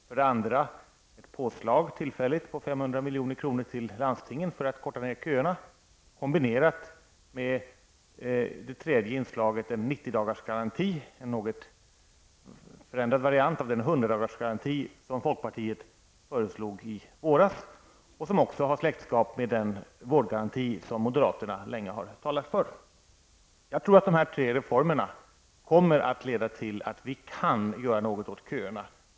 För det andra gäller det ett tillfälligt påslag på 500 milj.kr. till landstingen för att korta ned köerna kombinerat med det tredje inslaget. Det gäller för det tredje en 90-dagarsgaranti -- en något förändrad variant av den 100-dagarsgaranti som folkpartiet föreslog i våras och som också har släktskap med den vårdgaranti som moderaterna länge har talat för. Jag tror att dessa tre reformer kommer att leda till att vi kan göra något åt köerna.